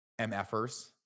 MFers